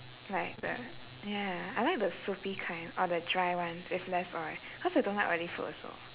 like the ya I like the soupy kind or the dry one with less oil cause I don't like oily food also